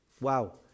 wow